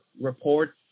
reports